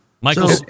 Michael